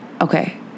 Okay